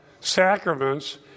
sacraments